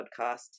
podcast